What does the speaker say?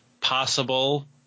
possible